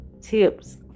tips